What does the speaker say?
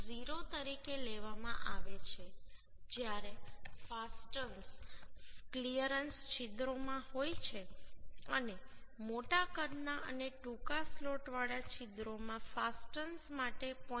0 તરીકે લેવામાં આવે છે જ્યારે ફાસ્ટનર્સ ક્લિયરન્સ છિદ્રોમાં હોય છે અને મોટા કદના અને ટૂંકા સ્લોટવાળા છિદ્રોમાં ફાસ્ટનર્સ માટે 0